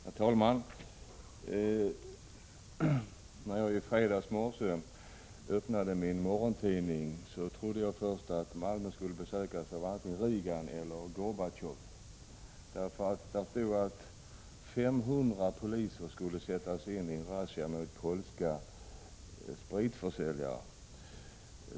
Herr talman! När jag i fredags morse öppnade min morgontidning så trodde jag först att Malmö skulle besökas av Reagan eller Gorbatjov. Det stod nämligen att 500 poliser skulle sättas in i en razzia mot polska spritförsäljare.